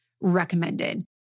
recommended